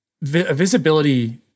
visibility